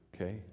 okay